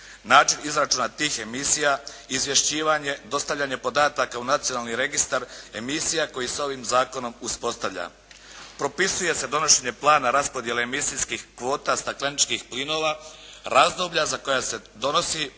način izračuna tih emisija, izvješćivanje, dostavljanje podataka u nacionalni registar, emisija koje s ovim zakonom uspostavlja. Propisuje se donošenje plana raspodjele emisijskih kvota stakleničkih plinova, razdoblja za koja se donosi popis